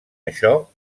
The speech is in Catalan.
això